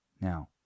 Now